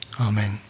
amen